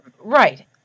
Right